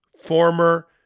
former